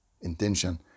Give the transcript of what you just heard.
intention